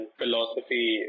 philosophy